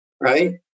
right